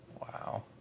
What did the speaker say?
Wow